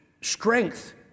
strength